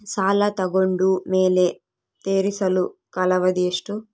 ಸಾಲ ತಗೊಂಡು ಮೇಲೆ ತೇರಿಸಲು ಕಾಲಾವಧಿ ಎಷ್ಟು?